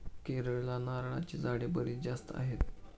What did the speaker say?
केरळला नारळाची झाडे बरीच जास्त आहेत